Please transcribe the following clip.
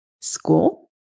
school